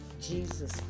Jesus